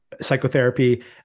psychotherapy